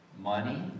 money